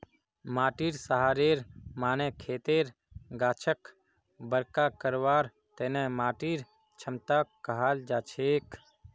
माटीर सहारेर माने खेतर गाछक बरका करवार तने माटीर क्षमताक कहाल जाछेक